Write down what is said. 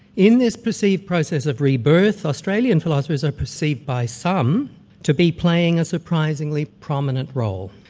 in this perceived process of rebirth, australian philosophers are perceived by some to be playing a surprisingly prominent role.